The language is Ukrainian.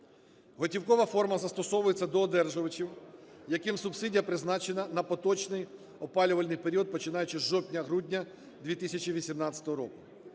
Готівкова форма застосовується до одержувачів, яким субсидія призначена на поточний опалювальний період, починаючи із жовтня-грудня 2018 року.